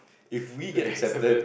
if we get accepted